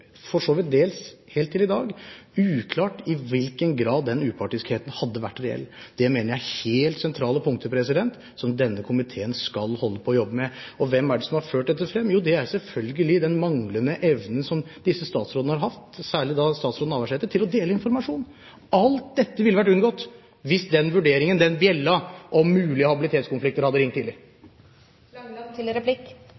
dels helt til i dag, uklart i hvilken grad den upartiskheten hadde vært reell. Det mener jeg er helt sentrale punkter som denne komiteen skal holde på å jobbe med. Hvem er det som har ført dette frem? Jo, det er selvfølgelig den manglende evnen som disse statsrådene har hatt – særlig da statsråd Navarsete – til å dele informasjon. Alt dette ville vært unngått hvis den bjella om mulige habilitetskonflikter hadde ringt